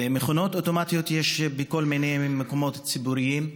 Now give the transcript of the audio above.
מכונות אוטומטיות יש בכל מיני מקומות ציבוריים,